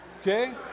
Okay